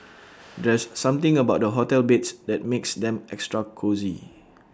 there's something about the hotel beds that makes them extra cosy